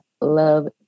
love